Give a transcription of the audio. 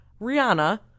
Rihanna